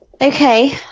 Okay